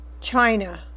China